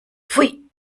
pfui